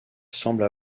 semble